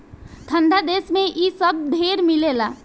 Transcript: ठंडा देश मे इ सब ढेर मिलेला